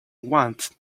wanted